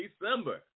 December